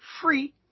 free